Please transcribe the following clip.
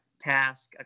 task